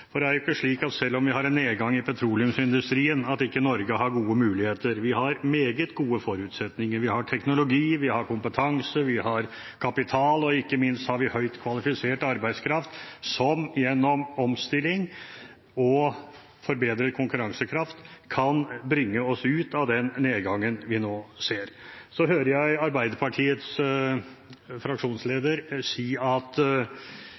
For det er ikke slik, selv om vi har en nedgang i petroleumsindustrien, at ikke Norge har gode muligheter. Vi har meget gode forutsetninger. Vi har teknologi, kompetanse, kapital og ikke minst høyt kvalifisert arbeidskraft, som gjennom omstilling og forbedret konkurransekraft kan bringe oss ut av den nedgangen vi nå ser. Jeg hører Arbeiderpartiets fraksjonsleder si at